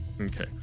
Okay